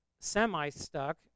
semi-stuck